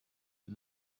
een